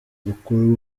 mukuru